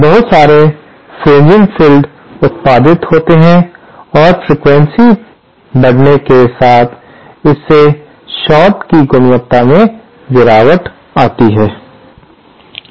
बहुत सारे fringing field उत्पादित होते हैं और फ्रीक्वेंसी बढ़ने के साथ इससे शार्ट की गुणवत्ता में गिरावट होती है